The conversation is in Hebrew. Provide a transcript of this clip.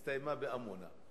הסתיימה בעמונה.